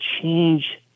change